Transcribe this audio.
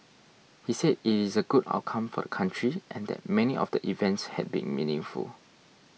he said it is a good outcome for the country and that many of the events had been meaningful